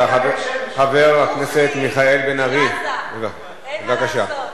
חבר הכנסת מיכאל בן-ארי, בבקשה.